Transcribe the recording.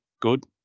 good